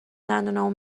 دندونامو